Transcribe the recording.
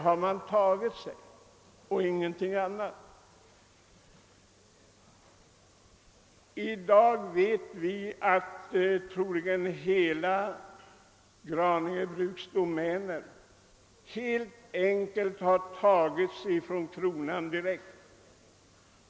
Sådana rättigheter har man tagit sig själv! I dag vet vi att troligen hela Graninge bruks domäner helt enkelt har tagits från kronan.